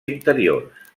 interiors